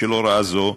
בשל הוראה זו,